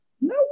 No